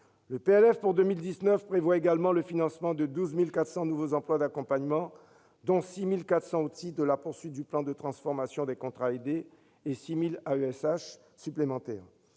pour 2019 prévoit également le financement de 12 400 nouveaux emplois d'accompagnants : 6 400 au titre de la poursuite du plan de transformation des contrats aidés et 6 000 AESH supplémentaires.